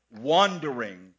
wandering